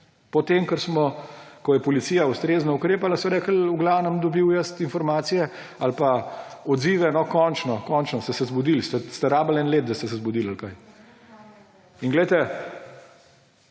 Potem ko je policija ustrezno ukrepala, sem v glavnem jaz dobil informacije ali pa odzive: »No, končno, končno ste se zbudili! A ste rabili eno leto, da ste se zbudili, ali kaj?« In poglejte,